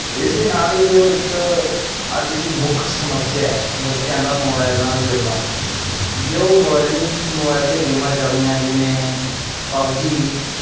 ਇਸ ਦੇ ਨਾਲ ਹੀ ਜੋ ਇੱਕ ਅੱਜ ਦੀ ਮੁੱਖ ਸਮੱਸਿਆ ਹੈ ਬੱਚਿਆਂ ਦਾ ਮੋਬਾਇਲ ਨਾਲ ਜੁੜਨਾ ਜੇ ਉਹ ਮੋਬਾਈਲ ਹੀ ਮੋਬਾਈਲ 'ਤੇ ਗੇਮਾਂ ਚੱਲਦੀਆਂ ਜਿਵੇਂ ਪਬਜੀ